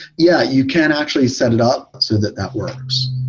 yeah, you can actually set it up so that that works.